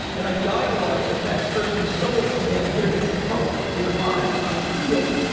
and i dialogue with that person's soul and say, i'm here to help your body mind heal.